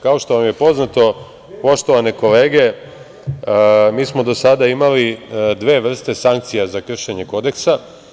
Kao što vam je poznato, poštovane kolege, mi smo do sada imali dve vrste sankcija za kršenje Kodeksa.